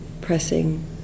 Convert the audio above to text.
pressing